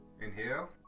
Inhale